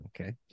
Okay